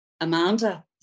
Amanda